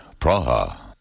Praha